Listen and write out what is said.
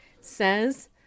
says